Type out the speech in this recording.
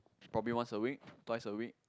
probably once a week twice a week